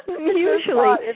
Usually